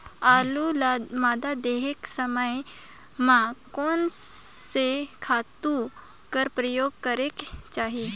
आलू ल मादा देहे समय म कोन से खातु कर प्रयोग करेके चाही?